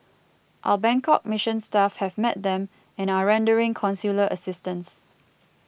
our Bangkok Mission staff have met them and are rendering consular assistance